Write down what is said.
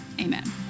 Amen